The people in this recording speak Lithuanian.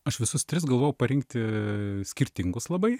aš visus tris galvojau parinkti skirtingus labai